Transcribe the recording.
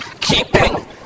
keeping